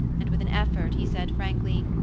and with an effort he said frankly,